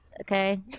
Okay